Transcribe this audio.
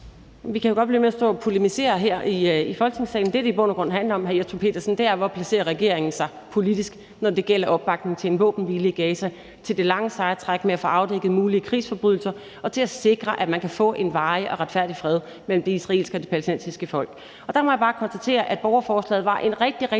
Vi kan jo godt blive ved med at stå og polemisere her i Folketingssalen. Det, det i bund og grund handler om, hr. Jesper Petersen, er, hvor regeringen placerer sig politisk, når det gælder opbakning til en våbenhvile i Gaza, til det lange, seje træk med at få afdækket mulige krigsforbrydelser og til at sikre, at man kan få en varig og retfærdig fred mellem det israelske og palæstinensiske folk. Der må jeg bare konstatere, at borgerforslaget var en rigtig, rigtig